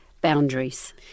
boundaries